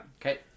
Okay